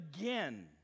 again